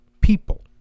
people